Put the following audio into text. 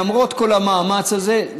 למרות כל המאמץ הזה,